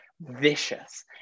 vicious